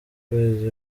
kwezi